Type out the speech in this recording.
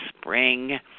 spring